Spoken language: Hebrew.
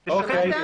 אוקיי.